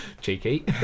cheeky